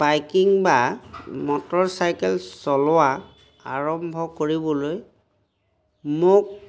biking বা motorcycle চলোৱা আৰম্ভ কৰিবলৈ মোক